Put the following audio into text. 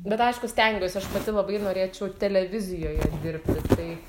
bet aišku stengiuosi aš pati labai norėčiau televizijoj dirbti tai